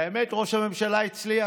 האמת, ראש הממשלה הצליח.